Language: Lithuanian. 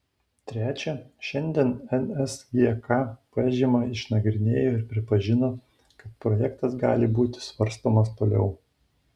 trečia šiandien nsgk pažymą išnagrinėjo ir pripažino kad projektas gali būti svarstomas toliau